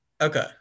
Okay